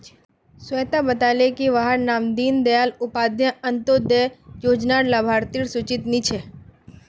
स्वेता बताले की वहार नाम दीं दयाल उपाध्याय अन्तोदय योज्नार लाभार्तिर सूचित नी छे